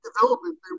development